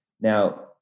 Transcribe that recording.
Now